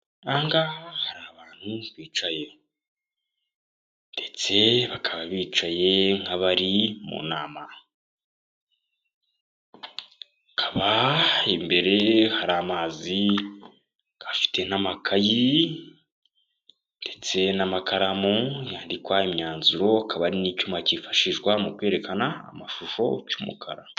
Aha ngaha hari abantu bicaye ndetse bakaba bicaye nk'abari mu nama. Bakaba imbere hari amazi, bakaba bafite n'amakayi ndetse n'amakaramu handikwa imyanzuro, hakaba hari n'icyuma cyifashishwa mu kwerekana amashusho cy'umukara.